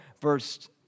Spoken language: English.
verse